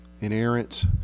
inerrant